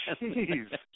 Jeez